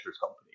company